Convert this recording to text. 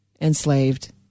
enslaved